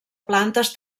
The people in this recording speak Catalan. plantes